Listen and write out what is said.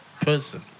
person